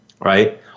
right